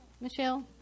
Michelle